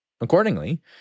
accordingly